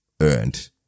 earned